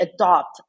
adopt